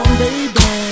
baby